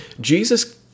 Jesus